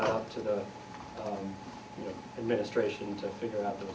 up to the administration to figure out th